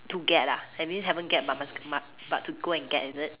to get ah that mean haven't get but must mu~ but to go and get is it